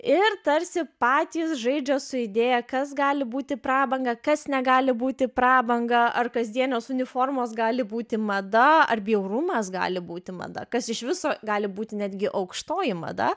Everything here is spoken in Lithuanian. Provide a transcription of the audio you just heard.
ir tarsi patys žaidžia su idėja kas gali būti prabanga kas negali būti prabanga ar kasdienios uniformos gali būti mada ar bjaurumas gali būti mada kas iš viso gali būti netgi aukštoji mada